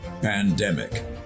pandemic